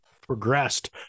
progressed